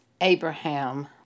Abraham